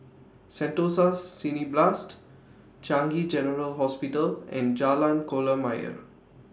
Sentosa Cineblast Changi General Hospital and Jalan Kolam Ayer